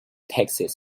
taxes